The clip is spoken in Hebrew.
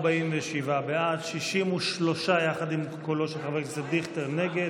47 בעד, 63, יחד עם קולו של חבר הכנסת דיכטר, נגד,